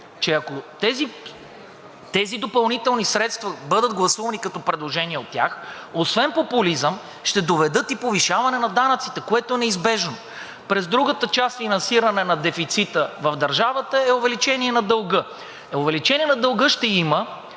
че ако тези допълнителни средства бъдат гласувани като предложения от тях, освен до популизъм, ще доведат и до повишаване на данъците, което е неизбежно. През другата част – финансиране на дефицита в държавата, е увеличение на дълга. Увеличение на дълга ще има,